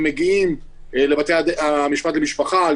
הם מגיעים לבתי-המשפט למשפחה.